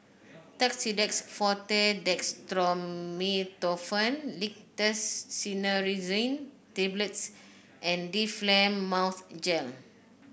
Tussidex Forte Dextromethorphan Linctus Cinnarizine Tablets and Difflam Mouth Gel